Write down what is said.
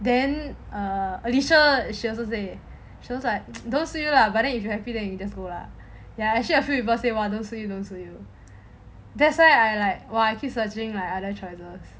then err alicia she also say she is like don't suit you lah but then if you happy then you just go lah ya actually I feel that a lot of people say don't suit you don't suit you that's why I like keep searching other try lor